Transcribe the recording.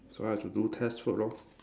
so I have to do test work lor